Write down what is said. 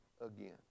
again